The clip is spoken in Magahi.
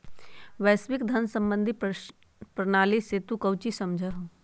वैश्विक धन सम्बंधी प्रणाली से तू काउची समझा हुँ?